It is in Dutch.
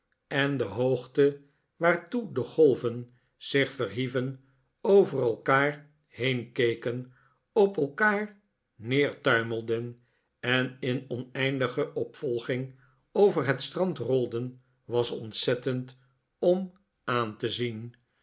en de hoogte waartoe de golven zich verhieven over elkaar heenkeken op elkaar neertuimelden en in oneindige opvolging over het strand rolden was ontzettend om aan te zien